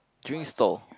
drinks store